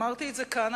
אמרתי את זה כאן,